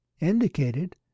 indicated